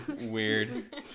weird